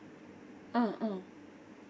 mm mm